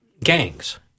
gangs